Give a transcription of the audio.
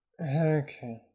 Okay